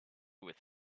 with